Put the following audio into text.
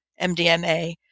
MDMA